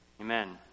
Amen